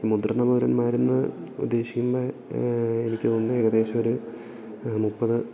മുതിർന്ന പൗരന്മാർ എന്ന് ഉദ്ദേശിക്കുന്ന എനിക്ക് തോന്നുന്നത് ഏകദേശം ഒരു മുപ്പത്